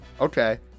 Okay